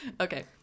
Okay